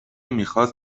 میخواست